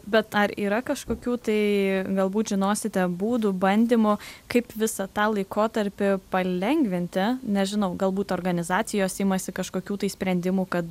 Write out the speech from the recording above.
bet ar yra kažkokių tai galbūt žinosite būdų bandymų kaip visą tą laikotarpį palengvinti nežinau galbūt organizacijos imasi kažkokių tai sprendimų kad